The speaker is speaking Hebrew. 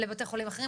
לבתי חולים אחרים.